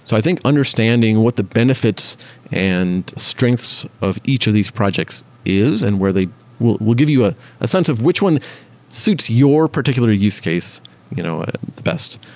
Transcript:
so i think understanding what the benefits and strengths of each of these projects is and where they we'll we'll give you a sense of which one suits your particular use case you know the best.